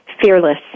Fearless